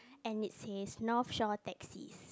and it says North Shore taxi